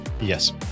Yes